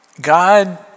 God